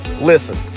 Listen